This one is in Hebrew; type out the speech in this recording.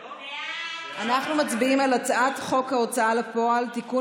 אנחנו מצביעים על הצעת חוק ההוצאה לפועל (תיקון